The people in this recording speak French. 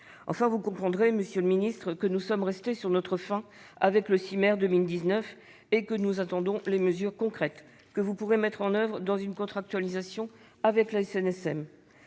d'État, vous comprendrez que nous sommes restés sur notre faim avec le CIMer 2019 et que nous attendons les mesures concrètes que vous pourrez mettre en oeuvre dans le cadre d'une contractualisation avec la SNSM.